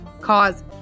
cause